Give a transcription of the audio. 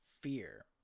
fear